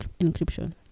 encryption